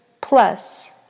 plus